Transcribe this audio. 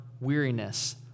weariness